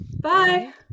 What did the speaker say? bye